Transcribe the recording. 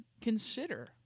consider